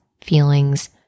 feelings